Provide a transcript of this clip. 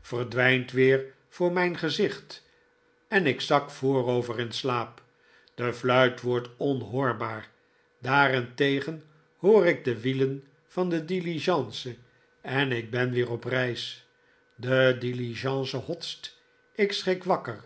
verdwijnt weer voor mijn gezicht en ik zak voorover in slaap de fluit wordt onhoorbaar daarentegen hoor ik de wielen van de diligence en ik ben weer op reis de diligence hotst ik schrik wakker